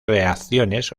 reacciones